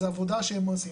זה עבודה שהם עושים,